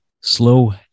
Slow